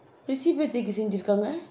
prissy birthday செய்திருக்காங்க:seythirkanga